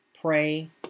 Pray